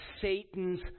Satan's